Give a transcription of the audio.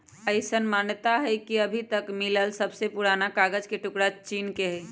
अईसन मानता हई कि अभी तक मिलल सबसे पुरान कागज के टुकरा चीन के हई